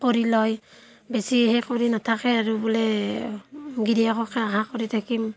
কৰি লয় বেছি সেই কৰি নাথাকে আৰু বোলে গিৰিয়েককে আশা কৰি থাকিম